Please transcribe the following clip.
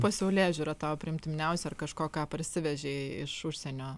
pasaulėžiūra tau priimtiniausia ar kažko ką parsivežei iš užsienio